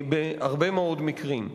בהרבה מאוד מקרים.